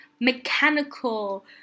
mechanical